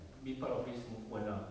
be part of this movement lah